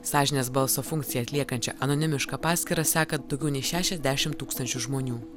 sąžinės balso funkciją atliekančią anonimišką paskyrą seka daugiau nei šešiasdešim tūkstančių žmonių